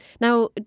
Now